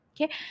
okay